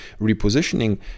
repositioning